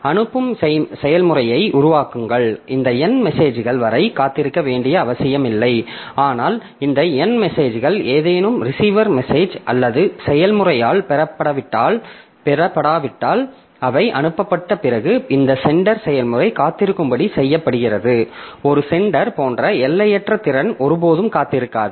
அனுப்பும் செயல்முறையை உருவாக்குங்கள் இந்த n மெசேஜ்கள் வரை காத்திருக்க வேண்டிய அவசியமில்லை ஆனால் இந்த n மெசேஜ்கள் ஏதேனும் ரிசீவர் மெசேஜ் அல்லது செயல்முறையால் பெறப்படாவிட்டால் அவை அனுப்பப்பட்ட பிறகு இந்த சென்டர் செயல்முறை காத்திருக்கும்படி செய்யப்படுகிறது ஒரு சென்டர் போன்ற எல்லையற்ற திறன் ஒருபோதும் காத்திருக்காது